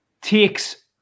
takes